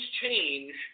change